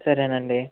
సరేనండి